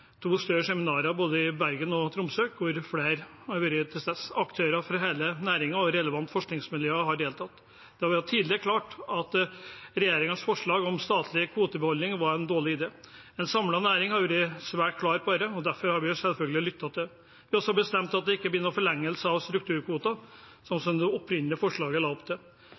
to større seminarer, både i Bergen og i Tromsø, hvor aktører fra hele næringen og relevante forskningsmiljøer har deltatt. Det ble tidlig klart at regjeringens forslag om statlig kvotebeholdning var en dårlig idé. En samlet næring har vært svært klar på dette, og derfor har vi selvfølgelig lyttet til det. Det er også bestemt at det ikke blir noen forlengelse av strukturkvoten, slik det opprinnelige forslaget la opp til.